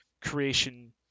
creation